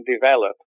develop